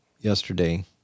yesterday